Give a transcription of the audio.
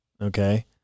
Okay